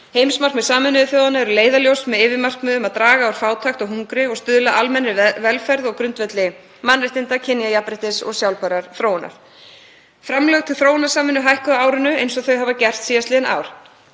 Heimsmarkmið Sameinuðu þjóðanna eru leiðarljós með yfirmarkmiðið að draga úr fátækt og hungri og stuðla að almennri velferð á grundvelli mannréttinda, kynjajafnréttis og sjálfbærrar þróunar. Framlög til þróunarsamvinnu hækkuðu á árinu, eins og þau hafa gert síðastliðin ár.